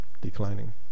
Declining